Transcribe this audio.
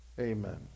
Amen